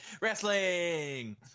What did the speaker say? Wrestling